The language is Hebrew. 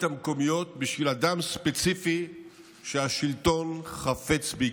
המקומיות בשביל אדם ספציפי שהשלטון חפץ ביקרו.